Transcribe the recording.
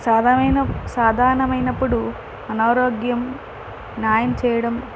సదా సాధారణమైనప్పుడు అనారోగ్యం న్యాయం చేయడం